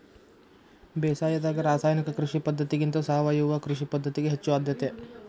ಬೇಸಾಯದಾಗ ರಾಸಾಯನಿಕ ಕೃಷಿ ಪದ್ಧತಿಗಿಂತ ಸಾವಯವ ಕೃಷಿ ಪದ್ಧತಿಗೆ ಹೆಚ್ಚು ಆದ್ಯತೆ